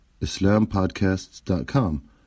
islampodcasts.com